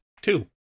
Two